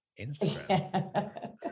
Instagram